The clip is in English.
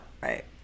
Right